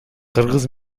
кыргыз